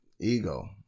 ego